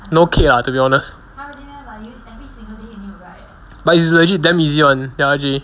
no kick lah to be honest but it's legit damn easy [one] R_J